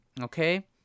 okay